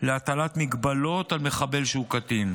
להטלת הגבלות על מחבל שהוא קטין,